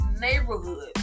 neighborhood